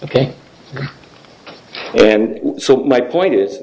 ok and so my point is